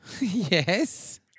Yes